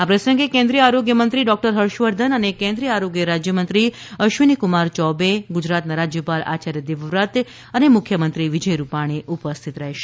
આ પ્રસંગે કેન્દ્રીય આરોગ્ય મંત્રી ડોકટર હર્ષવર્ધન અને કેન્દ્રીય આરોગ્ય રાજ્યમંત્રી અશ્વિનીકુમાર ચૌબે ગુજરાતના રાજ્યપાલ આચાર્ય દેવવ્રત અને મુખ્યમંત્રી વિજય રૂપાણી ઉપસ્થિત રહેશે